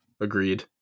Agreed